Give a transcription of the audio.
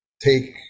take